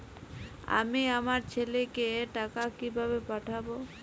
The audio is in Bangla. আমি আমার ছেলেকে টাকা কিভাবে পাঠাব?